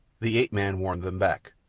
the ape-man warned them back.